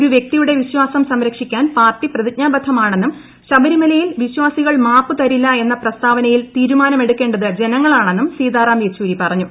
ഒരു വ്യക്തിയുടെ വിശ്വാസം സംരക്ഷിക്കാൻ പാർട്ടി പ്രതിജ്ഞാബ്ബദ്ധമാണെന്നും ശബരിമലയിൽ വിശ്വാസികൾ മാപ്പു തരൂില്ല തീരുമാനമെടുക്കേണ്ടത് ജന്ങ്ങളാണെന്നും സീതാറാം യെച്ചൂരി പറഞ്ഞു